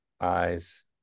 eyes